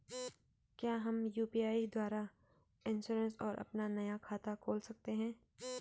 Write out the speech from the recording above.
क्या हम यु.पी.आई द्वारा इन्श्योरेंस और अपना नया खाता खोल सकते हैं?